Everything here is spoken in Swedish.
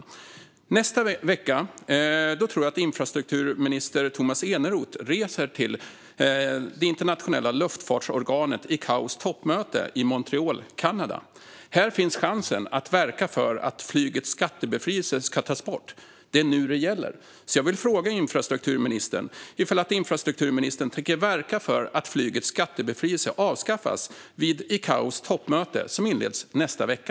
Nästa vecka, tror jag, reser infrastrukturminister Tomas Eneroth till det internationella luftfartsorganet ICAO:s toppmöte i Montreal i Kanada. Här finns chansen att verka för att flygets skattebefrielse ska tas bort. Det är nu det gäller. Jag vill fråga infrastrukturministern om han tänker verka för att flygets skattebefrielse avskaffas vid ICAO:s toppmöte, som inleds nästa vecka.